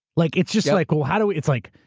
like, it's just like, well, how do we, it's like,